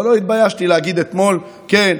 אבל לא התביישתי להגיד אתמול: כן,